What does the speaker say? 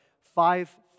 five